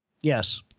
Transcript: Yes